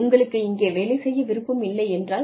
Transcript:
உங்களுக்கு இங்கே வேலை செய்ய விருப்பம் இல்லை என்றால்